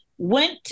went